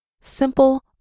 Simple